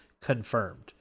confirmed